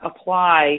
apply